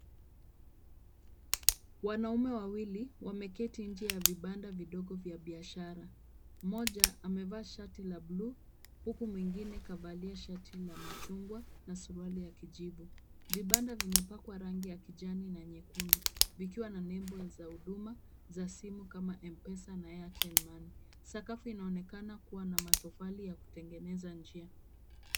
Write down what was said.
Wanaume wawili wameketi nje ya vibanda vidogo vya biashara. Mmoja amevaa shati la buluu huku mwingine kavalia shati la machungwa na suruali ya kijivu. Vibanda vimepakwa rangi ya kijani na nyekundu vikiwa na nembo za huduma za simu kama M-Pesa na Airtel Money. Sakafu inaonekana kuwa na matofali ya kutengeneza njia.